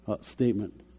Statement